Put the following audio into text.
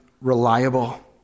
reliable